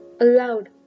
aloud